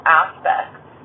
aspects